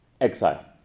exile